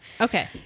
okay